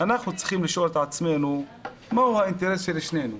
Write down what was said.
אנחנו צריכים לשאול את עצמנו מהו האינטרס של שנינו.